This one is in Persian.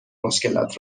مشکلات